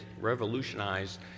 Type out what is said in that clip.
revolutionized